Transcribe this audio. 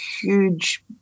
huge